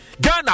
Ghana